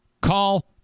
call